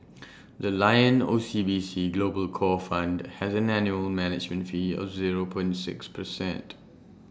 the lion O C B C global core fund has an annual management fee of zero point six percent